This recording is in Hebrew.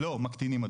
מקטינים.